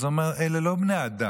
אז הם אמרו: אלה לא בני אדם,